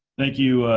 thank you,